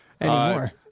Anymore